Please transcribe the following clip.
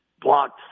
blocked